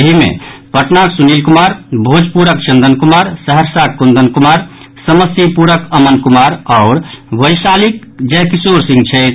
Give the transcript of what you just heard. एहि मे पटनाक सुनील कुमार भोजपुरक चंदन कुमार सहरसाक कुंदन कुमार समस्तीपुरक अमन कुमार आओर वैशालीक जयकिशोर सिंह छथि